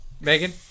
Megan